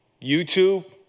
YouTube